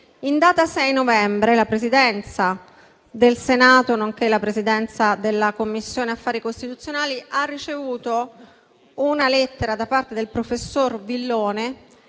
in data 6 novembre la Presidenza del Senato, nonché la Presidenza della Commissione affari costituzionali, ha ricevuto una lettera da parte del professor Villone